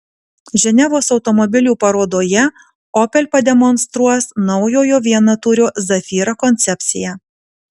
ženevos automobilių parodoje opel pademonstruos naujojo vienatūrio zafira koncepciją